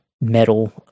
metal